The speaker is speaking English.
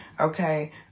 okay